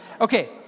Okay